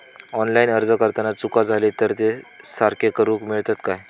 Online अर्ज भरताना चुका जाले तर ते सारके करुक मेळतत काय?